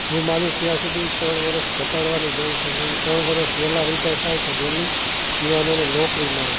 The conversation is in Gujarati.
હું માનું છું ત્યાં સુધી ત્રણ વર્ષ ઘટાડવાની જરૂર છે જો એ ત્રણ વર્ષ વહેલા રિટાયર થાય તો વહેલી યુવાનોને નોકરી મળે